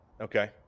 Okay